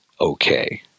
okay